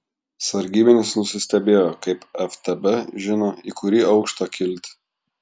sargybinis nusistebėjo kaip ftb žino į kurį aukštą kilti